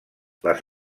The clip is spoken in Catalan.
les